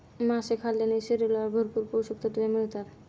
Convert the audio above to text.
मासे खाल्ल्याने शरीराला भरपूर पोषकतत्त्वे मिळतात